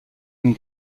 une